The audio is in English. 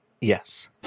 yes